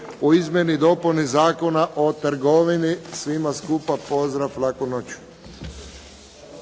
o izmjeni i dopuni Zakona o trgovini. Svima skupa pozdrav. Laku noć.